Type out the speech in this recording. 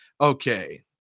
Okay